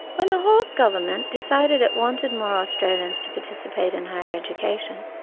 when the hawke government decided it wanted more australians to participate in higher education,